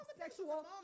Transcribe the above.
sexual